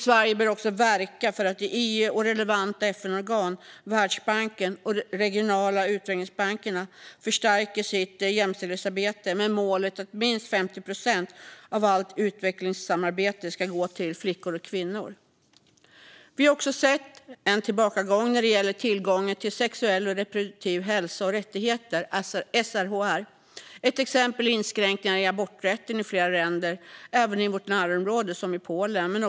Sverige bör också verka för att EU, relevanta FN-organ, Världsbanken och de regionala utvecklingsbankerna förstärker sitt jämställdhetsarbete med målet att minst 50 procent av allt utvecklingssamarbete ska gå till flickor och kvinnor. Vi har också sett en tillbakagång när det gäller tillgången till sexuell och reproduktiv hälsa och rättigheter, SRHR. Ett exempel är inskränkningar i aborträtten i flera länder, även i vårt närområde, till exempel i Polen.